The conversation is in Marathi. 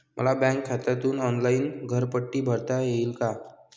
मला बँक खात्यातून ऑनलाइन घरपट्टी भरता येईल का?